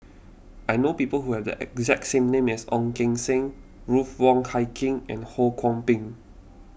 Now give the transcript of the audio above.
I know people who have the exact name as Ong Keng Sen Ruth Wong Hie King and Ho Kwon Ping